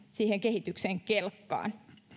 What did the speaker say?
siihen kehityksen kelkkaan pääsemisessä